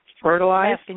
Fertilize